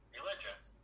religions